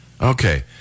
Okay